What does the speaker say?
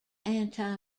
anti